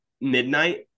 midnight